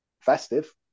festive